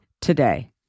today